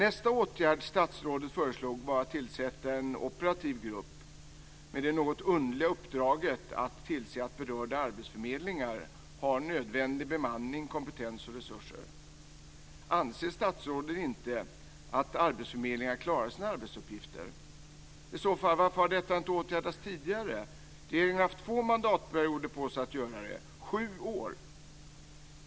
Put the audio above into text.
Nästa åtgärd som statsrådet föreslog var att man skulle tillsätta en operativ grupp med det något underliga uppdraget att tillse att berörda arbetsförmedlingar har nödvändig bemanning, kompetens och resurser. Anser statsrådet inte att arbetsförmedlingarna klarar sina arbetsuppgifter? Varför har detta i så fall inte åtgärdats tidigare? Man har haft två mandatperioder på sig att göra det - sju år.